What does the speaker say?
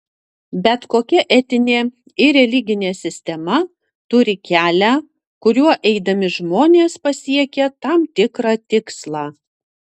bet kokia etinė ir religinė sistema turi kelią kuriuo eidami žmonės pasiekia tam tikrą tikslą